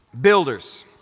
builders